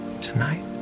tonight